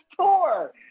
tour